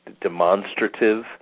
demonstrative